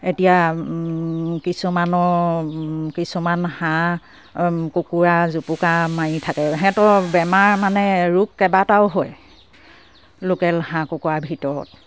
এতিয়া কিছুমানৰ কিছুমান হাঁহ কুকুৰা জুপুকা মাৰি থাকে সিহঁতৰ বেমাৰ মানে ৰোগ কেইবাটাও হয় লোকেল হাঁহ কুকুৰাৰ ভিতৰত